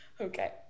Okay